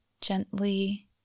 gently